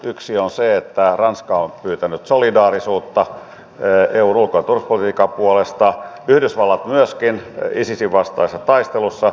yksi on se että ranska on pyytänyt solidaarisuutta eun ulko ja turvallisuuspolitiikan puolesta yhdysvallat myöskin isisin vastaisessa taistelussa